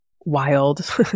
wild